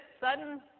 sudden